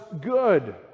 good